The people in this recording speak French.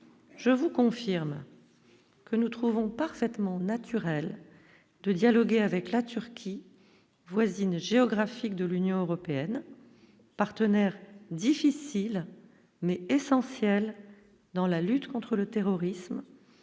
Je vous confirme que nous trouvons parfaitement naturel de dialoguer avec la Turquie voisine géographiques de l'Union européenne partenaire difficile mais essentiel dans la lutte contre le terrorisme